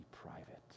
private